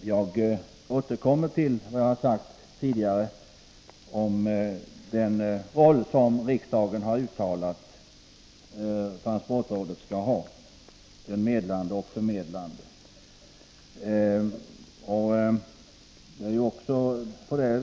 Jag återkommer till vad jag har sagt tidigare om den roll som riksdagen har uttalat att transportrådet skall ha — en medlande och förmedlande uppgift.